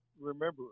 remember